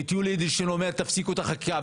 ויולי אדלשטיין אומר תפסיקו את החקיקה,